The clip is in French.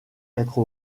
être